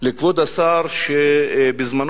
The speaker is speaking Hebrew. לכבוד השר שבזמנו,